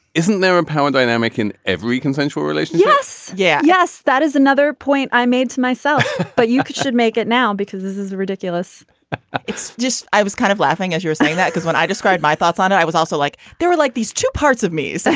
isn't there a and power dynamic in every consensual relations. yes yeah yes. yes that is another point i made to myself but you could should make it now because this is ridiculous it's just i was kind of laughing as you were saying that because when i described my thoughts on it i was also like there were like these two parts of me so